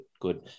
good –